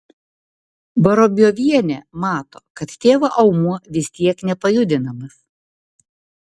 vorobjovienė mato kad tėvo aumuo vis tiek nepajudinamas